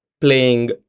playing